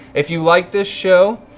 if you like this show,